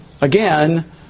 again